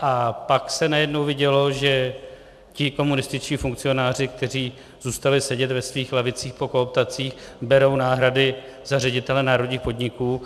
A pak se najednou vidělo, že ti komunističtí funkcionáři, kteří zůstali sedět ve svých lavicích po kooptacích, berou náhrady za ředitele národních podniků.